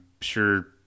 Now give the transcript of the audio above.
sure